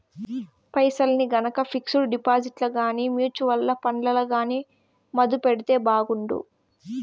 పైసల్ని గనక పిక్సుడు డిపాజిట్లల్ల గానీ, మూచువల్లు ఫండ్లల్ల గానీ మదుపెడితే బాగుండు